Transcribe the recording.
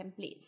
templates